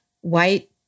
white